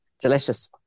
delicious